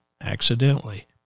accidentally